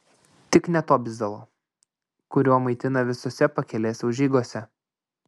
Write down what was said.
tik ne to bizalo kuriuo maitina visose pakelės užeigose